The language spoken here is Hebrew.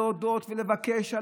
להודות ולבקש,